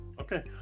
Okay